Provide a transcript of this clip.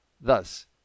Thus